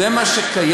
זה מה שקיים?